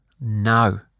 No